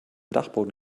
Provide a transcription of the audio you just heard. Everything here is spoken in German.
dachboden